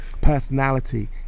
personality